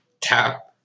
tap